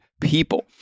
people